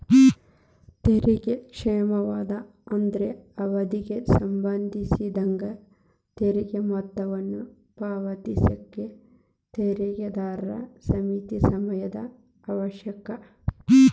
ತೆರಿಗೆ ಕ್ಷಮಾದಾನ ಅಂದ್ರ ಅವಧಿಗೆ ಸಂಬಂಧಿಸಿದಂಗ ತೆರಿಗೆ ಮೊತ್ತವನ್ನ ಪಾವತಿಸಕ ತೆರಿಗೆದಾರರ ಸೇಮಿತ ಸಮಯದ ಅವಕಾಶ